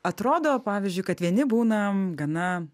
atrodo pavyzdžiui kad vieni būna m gana